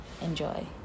enjoy